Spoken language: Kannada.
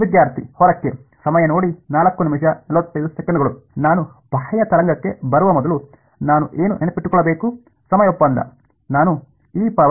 ವಿದ್ಯಾರ್ಥಿ ಹೊರಕ್ಕೆ ನಾನು ಬಾಹ್ಯ ತರಂಗಕ್ಕೆ ಬರುವ ಮೊದಲು ನಾನು ಏನು ನೆನಪಿನಲ್ಲಿಟ್ಟುಕೊಳ್ಳಬೇಕು ಸಮಯ ಒಪ್ಪಂದ